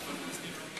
זה לא יעזור לכם,